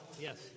Yes